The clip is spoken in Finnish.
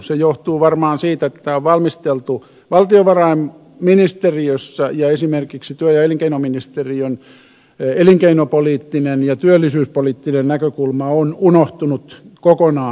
se johtuu varmaan siitä että tämä on valmisteltu valtiovarainministeriössä ja esimerkiksi työ ja elinkeinoministeriön elinkeinopoliittinen ja työllisyyspoliittinen näkökulma on unohtunut kokonaan